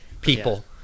people